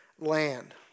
land